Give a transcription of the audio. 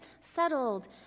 settled